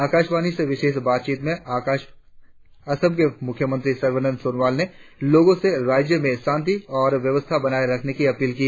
आकाशवाणी से विशेष बातचीत में असम के मुख्यमंत्री सर्बानंद सोनोवाल ने लोगों से राज्य में शांति और व्यवस्था बनाए रखने की अपील की